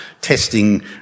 testing